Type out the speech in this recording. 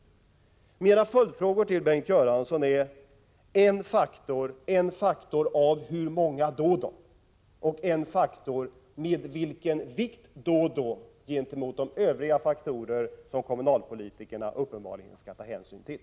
Några ytterligare följdfrågor till Bengt Göransson: En faktor av hur många? Vilken vikt skall denna faktor ha gentemot de övriga faktorer som kommunalpolitikerna uppenbarligen skall ta hänsyn till?